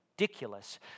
ridiculous